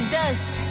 dust